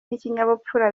n’ikinyabupfura